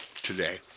today